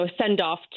send-off